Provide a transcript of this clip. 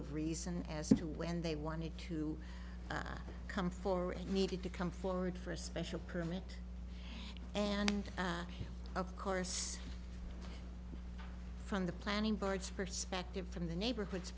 of reason as to when they wanted to come forward and needed to come forward for a special permit and of course from the planning boards perspective from the neighborhoods